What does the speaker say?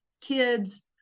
kids